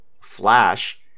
Flash